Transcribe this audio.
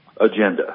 Agenda